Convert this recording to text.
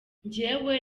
njyewe